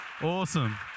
Awesome